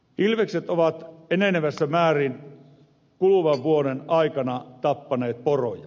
ilvekset ovat enenevässä määrin kuluvan vuoden aikana tappaneet poroja